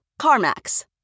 CarMax